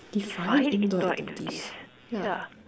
define indoor activities yeah